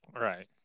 Right